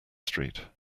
street